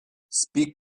speak